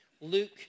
Luke